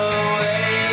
away